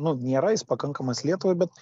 nu nėra jis pakankamas lietuvai bet